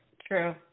true